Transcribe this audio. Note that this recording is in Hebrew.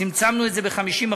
צמצמנו את זה ב-50%,